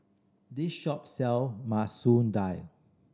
this shop sell Masoon Dal